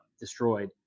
destroyed